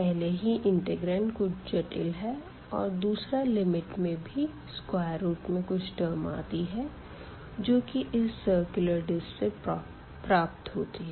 पहले ही इंटिग्रांड कुछ जटिल है और दूसरा लिमिट में भी स्क्वेर रूट में कुछ टर्म आती है जो की इस सर्कुलर डिस्क से प्राप्त होती है